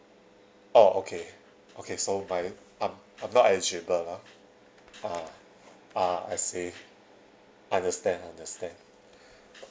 oh okay okay so my I'm I'm not eligible lah ah ah I see understand understand